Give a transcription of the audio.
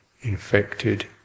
infected